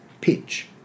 pitch